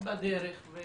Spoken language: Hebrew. בדרך.